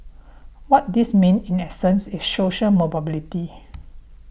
what this means in essence is social mobility